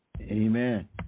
Amen